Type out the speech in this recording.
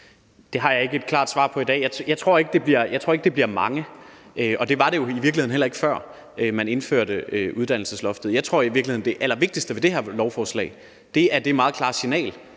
Det har jeg ikke et klart svar på i dag. Jeg tror ikke, det bliver mange, og det var det jo i virkeligheden heller ikke, før man indførte uddannelsesloftet. Jeg tror i virkeligheden, det allervigtigste ved det her lovforslag er det meget klare signal,